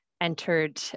entered